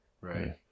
Right